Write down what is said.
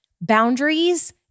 boundaries